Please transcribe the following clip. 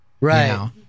Right